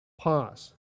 pause